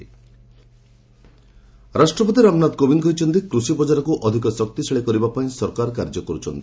ପ୍ରେଜ୍ ଆଗ୍ରୋଟେକ୍ ରାଷ୍ଟ୍ରପତି ରାମନାଥ କୋବିନ୍ଦ କହିଛନ୍ତି' କୃଷି ବଜାରକୁ ଅଧିକ ଶକ୍ତିଶାଳୀ କରିବା ପାଇଁ ସରକାର କାର୍ଯ୍ୟ କରୁଛନ୍ତି